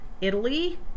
Italy